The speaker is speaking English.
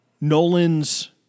Nolan's